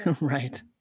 Right